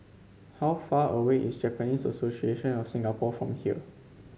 how far away is Japanese Association of Singapore from here